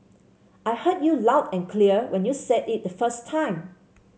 I heard you loud and clear when you said it the first time